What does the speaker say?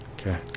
Okay